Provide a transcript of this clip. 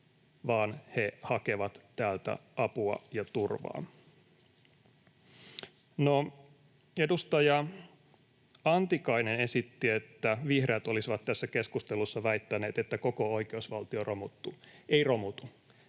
vaan he hakevat täältä apua ja turvaa. Edustaja Antikainen esitti, että vihreät olisivat tässä keskustelussa väittäneet, että koko oikeusvaltio romuttuu.